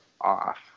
off